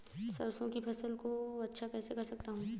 सरसो की फसल को अच्छा कैसे कर सकता हूँ?